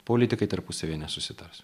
politikai tarpusavyje nesusitars